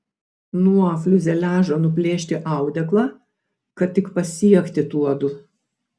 nuo fiuzeliažo nuplėšti audeklą kad tik pasiekti tuodu